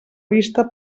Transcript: vista